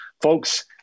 Folks